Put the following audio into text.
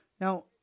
Now